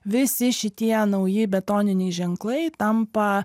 visi šitie nauji betoniniai ženklai tampa